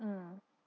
mm